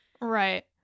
Right